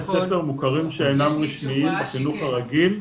ספר מוכרים שאינם רשמיים בחינוך הרגיל.